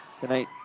tonight